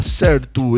certo